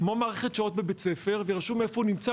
כמו מערכת שעות בבית ספר, ורשום איפה הוא נמצא.